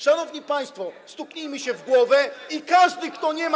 Szanowni państwo, stuknijmy się w głowę i każdy, kto nie ma.